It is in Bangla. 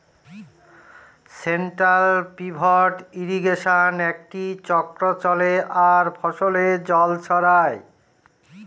সেন্ট্রাল পিভট ইর্রিগেশনে একটি চক্র চলে আর ফসলে জল ছড়ায়